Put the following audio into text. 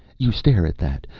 you stare at that!